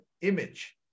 image